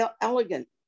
elegant